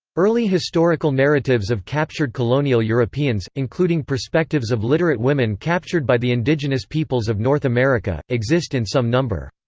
early historical narratives of captured colonial europeans, including perspectives of literate women captured by the indigenous peoples of north america, exist in some number.